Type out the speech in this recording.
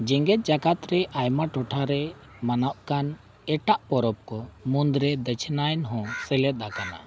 ᱡᱮᱜᱮᱛ ᱡᱟᱠᱟᱛ ᱨᱮ ᱟᱭᱢᱟ ᱴᱚᱴᱷᱟᱨᱮ ᱢᱟᱱᱟᱜ ᱠᱟᱱ ᱮᱴᱟᱜ ᱯᱚᱨᱚᱵᱽ ᱠᱚ ᱢᱩᱫᱽᱨᱮ ᱫᱚᱪᱷᱱᱟᱭᱤᱱ ᱦᱚᱸ ᱥᱮᱞᱮᱫ ᱟᱠᱟᱱᱟ